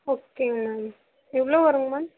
ஓகேங்க மேம் எவ்வளோ வருங்க மேம்